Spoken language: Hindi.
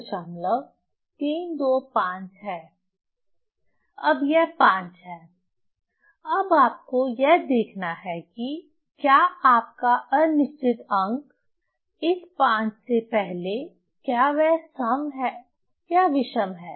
अब यह 5 है अब आपको यह देखना है कि क्या आपका अनिश्चित अंक इस 5 से पहले क्या वह सम या विषम है